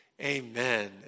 amen